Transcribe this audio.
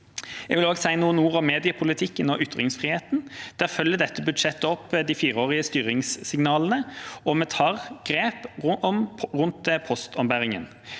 Jeg vil også si noen ord om mediepolitikken og ytringsfriheten. Der følger dette budsjettet opp de fireårige styringssignalene, og vi tar grep om postombæringen.